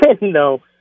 No